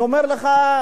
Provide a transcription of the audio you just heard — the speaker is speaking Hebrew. אני אומר לך,